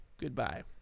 goodbye